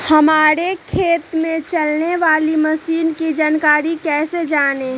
हमारे खेत में चलाने वाली मशीन की जानकारी कैसे जाने?